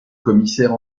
commissaire